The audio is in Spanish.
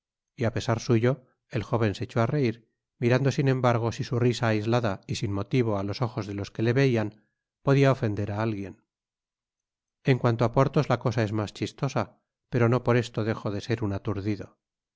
y á pesar suyo el jóven se echó á reir mirando sin embargo si su risa aislada y sin motivo á los ojos de los que le veian podia ofender á alguien en cuanto á porthos la cosa es mas chistosa pero no por eto dejo de ser un